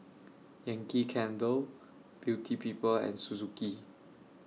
Yankee Candle Beauty People and Suzuki